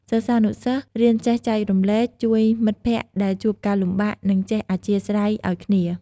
សិស្សានុសិស្សរៀនចេះចែករំលែក ជួយមិត្តភក្តិដែលជួបការលំបាក និងចេះអធ្យាស្រ័យឲ្យគ្នា។